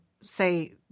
say